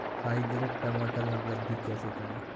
Hybrid टमाटर में वृद्धि कैसे करें?